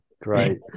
great